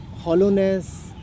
hollowness